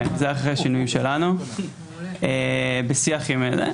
כן, זה אחרי השינויים שלנו בשיח עם ---.